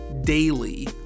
daily